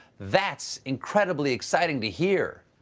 that's incredibly exciting to hear.